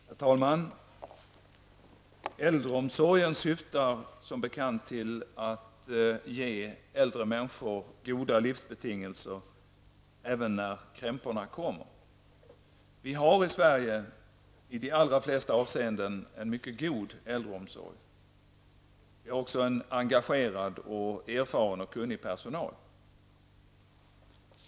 Herr talman! Äldreomsorgen syftar som bekant till att ge äldre människor goda livsbetingelser även när krämporna kommer. Vi har i Sverige i de allra flesta avseenden en mycket god äldreomsorg. Det finns också en engagerad, erfaren och kunnig personal.